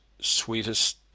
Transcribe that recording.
sweetest